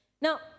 Now